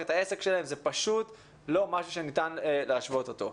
זה פשוט לא משהו שניתן להשוות אותו.